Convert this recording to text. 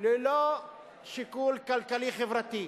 ללא שיקול כלכלי-חברתי,